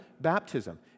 baptism